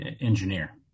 engineer